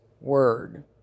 word